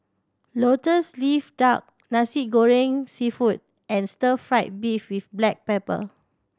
Lotus Leaf Duck Nasi Goreng Seafood and stir fried beef with black pepper